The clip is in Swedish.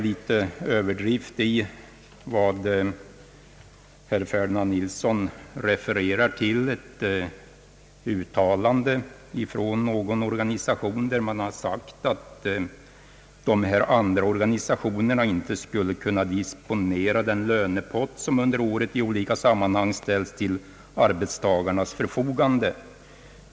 Emellertid ligger det nog en smula överdrift i det uttalande från någon organisation, som herr Ferdinand Nilsson har refererat till, nämligen att de andra organisationerna inte skulle kunna disponera den lönepott som under året i olika sammanhang ställts till arbetstagarnas förfogande.